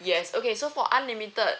yes okay so for unlimited